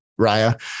Raya